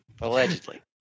Allegedly